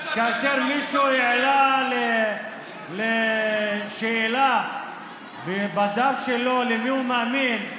כאשר מישהו העלה שאלה בדף שלו למי הוא מאמין,